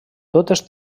totes